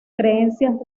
creencias